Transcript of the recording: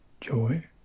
joy